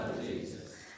Jesus